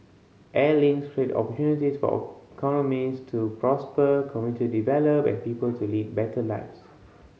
air links create opportunities for economies to prosper community develop and people to lead better lives